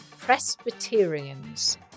Presbyterians